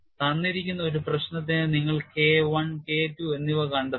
തന്നിരിക്കുന്ന ഒരു പ്രശ്നത്തിന് നിങ്ങൾ K I K II എന്നിവ കണ്ടെത്തണം